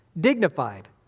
dignified